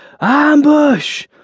Ambush